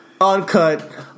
uncut